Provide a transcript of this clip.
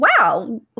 wow